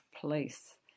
police